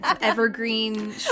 evergreen